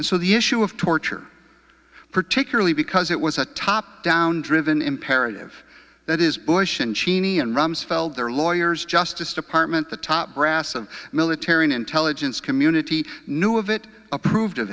and so the issue of torture particularly because it was a top down driven imperative that is bush and cheney and rumsfeld their lawyers justice department the top brass of military an intelligence community knew of it approved of